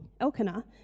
Elkanah